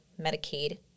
Medicaid